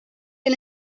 and